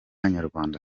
nyarwanda